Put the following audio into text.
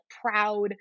proud